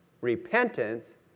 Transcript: repentance